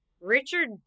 Richard